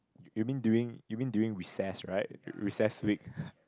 you mean doing you mean doing recess right recess week